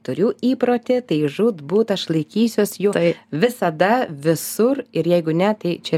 turiu įprotį tai žūtbūt aš laikysiuos jo tai visada visur ir jeigu ne tai čia